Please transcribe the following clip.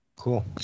Cool